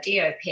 DOP